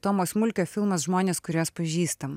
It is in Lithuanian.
tomo smulkio filmas žmonės kuriuos pažįstam